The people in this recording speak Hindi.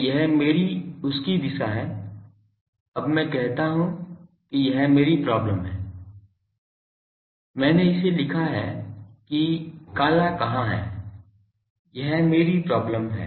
तो यह मेरी उसकी दिशा है अब मैं कहता हूं कि यह मेरी प्रॉब्लम है मैंने इसे लिखा है कि काला कहां है यह मेरी प्रॉब्लम है